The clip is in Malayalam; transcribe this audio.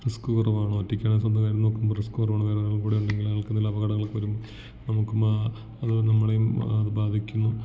റിസ്ക് കുറവാണ് ഒറ്റയ്ക്കാണെങ്കിൽ സ്വന്തം കാര്യം നോക്കുമ്പോൾ റിസ്ക് കുറവാണ് വേറെ ആരെങ്കിലും കൂടെ ഉണ്ടെങ്കിൽ ആൾക്ക് വല്ല അപകടങ്ങൾ ഒക്കെ വരും നമുക്കും അത് നമ്മളെയും ബാധിക്കുന്നു